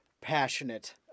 passionate